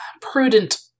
prudent